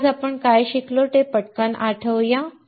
तर आज आपण काय शिकलो ते पटकन आठवूया